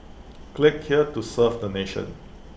click here to serve the nation